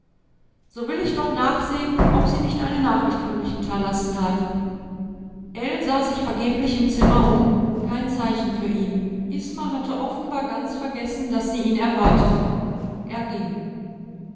so will ich doch nachsehen ob sie nicht eine nachricht für mich hinterlassen hat ell sah sich vergeblich im zimmer um kein zeichen für ihn isma hatte offenbar ganz vergessen daß sie ihn erwartete er ging